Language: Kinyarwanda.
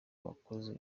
bakozi